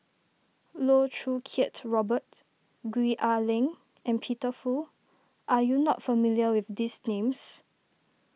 Loh Choo Kiat Robert Gwee Ah Leng and Peter Fu are you not familiar with these names